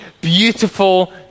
beautiful